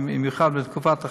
ובמיוחד בתקופת החגים,